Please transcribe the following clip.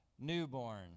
newborn